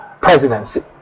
presidency